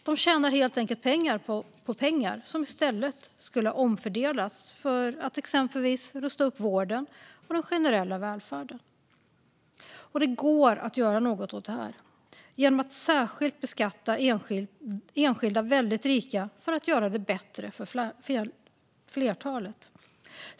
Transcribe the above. De tjänar helt enkelt pengar på pengar som i stället skulle ha omfördelats för att exempelvis rusta upp vården och den generella välfärden. Det går att göra något åt detta genom att särskilt beskatta enskilda väldigt rika för att göra det bättre för flertalet.